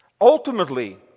ultimately